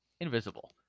Invisible